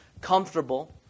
comfortable